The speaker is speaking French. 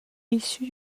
issue